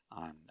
on